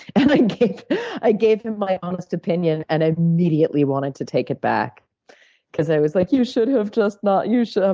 and i gave i gave him my honest opinion and immediately wanted to take it back because i was, like, you should have just not you should